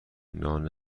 نان